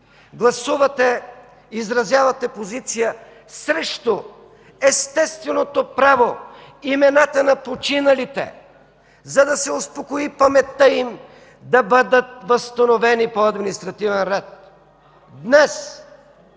гласувате, изразявате позиция срещу естественото право имената на починалите, за да се успокои паметта им, да бъдат възстановени по административен ред? Днес